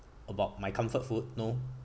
about my comfort food no